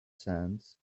sands